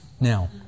Now